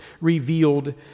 revealed